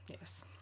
Yes